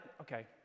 okay